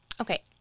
Okay